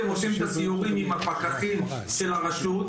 עושים את הסיורים עם הפקחים של הרשות.